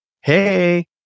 hey